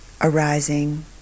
arising